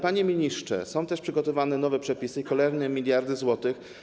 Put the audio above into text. Panie ministrze, są też przygotowane nowe przepisy, kolejne miliardy złotych.